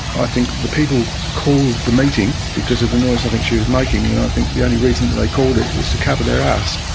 i think that the people called the meeting because of the noise i think she was making, and i think the only reason that they called it was to cover their arse,